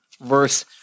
verse